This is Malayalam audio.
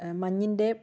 മഞ്ഞിന്റെ